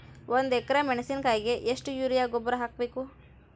ಒಂದು ಎಕ್ರೆ ಮೆಣಸಿನಕಾಯಿಗೆ ಎಷ್ಟು ಯೂರಿಯಾ ಗೊಬ್ಬರ ಹಾಕ್ಬೇಕು?